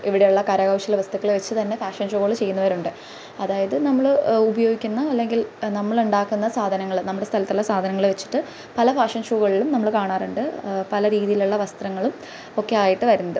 ഇവിടെ ഉള്ള കരകൗശല വസ്തുക്കളെ വച്ചു തന്നെ ഫാഷൻ ഷോകള് ചെയ്യുന്നവരുണ്ട് അതായത് നമ്മള് ഉപയോഗിക്കുന്ന അല്ലെങ്കിൽ നമ്മളുണ്ടാക്കുന്ന സാധനങ്ങൾ നമ്മുടെ സ്ഥലത്തുള്ള സാധനങ്ങള് വച്ചിട്ട് പല ഫാഷൻ ഷോകളിലും നമ്മള് കാണാറുണ്ട് പല രീതിയിലുള്ള വസ്ത്രങ്ങളും ഒക്കെ ആയിട്ട് വരുന്നത്